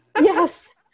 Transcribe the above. yes